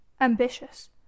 Ambitious